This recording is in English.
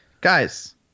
Guys